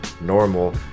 normal